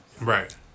Right